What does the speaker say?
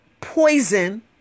poison